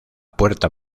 puerta